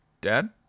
Dad